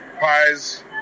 pies